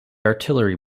artillery